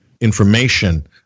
information